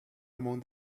among